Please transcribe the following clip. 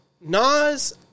Nas